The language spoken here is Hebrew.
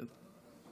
כן.